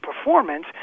performance